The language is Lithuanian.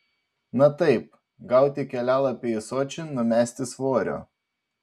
na taip gauti kelialapį į sočį numesti svorio